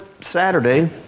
Saturday